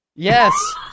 Yes